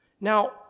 Now